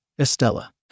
Estella